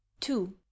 two